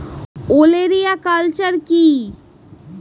ওলেরিয়া কালচার কি?